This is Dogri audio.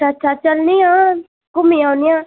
अच्छा अच्छा चलने आं घुम्मी औन्ने आं